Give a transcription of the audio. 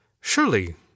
Surely